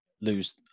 lose